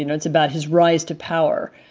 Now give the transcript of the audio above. you know it's about his rise to power.